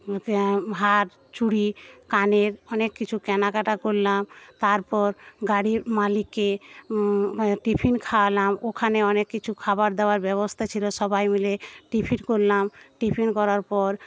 হার চুরি কানের অনেক কিছু কেনাকাটা করলাম তারপর গাড়ির মালিককে টিফিন খাওয়ালাম ওখানে অনেককিছু খাবার দাবার ব্যবস্থা ছিল সবাই মিলে টিফিন করলাম টিফিন করার পর